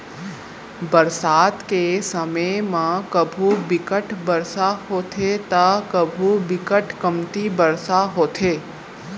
बरसात के समे म कभू बिकट बरसा होथे त कभू बिकट कमती बरसा होथे